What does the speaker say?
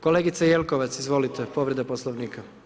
Kolegice Jelkovac, izvolite, povreda Poslovnika.